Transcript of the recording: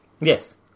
Yes